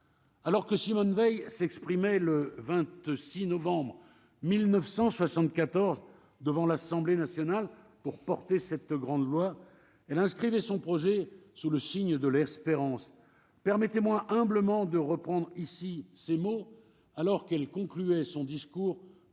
Alors que Simone Veil s'exprimait le 26 novembre 1974 devant l'Assemblée nationale pour porter cette grande loi elle inscrivait son projet sous le signe de l'espérance, permettez-moi humblement de reprendre ici ces mots alors qu'elle concluait son discours